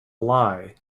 lie